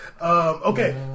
Okay